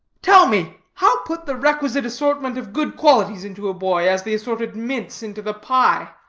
tell me, how put the requisite assortment of good qualities into a boy, as the assorted mince into the pie?